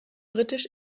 britisch